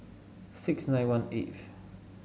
six nine one eighth